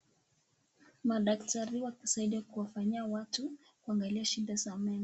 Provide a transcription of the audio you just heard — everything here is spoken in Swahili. Madaktari wanasadia kuwafanyia watu kuangalia shida za meno.